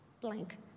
blank